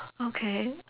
okay